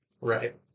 Right